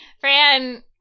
Fran